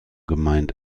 gemeint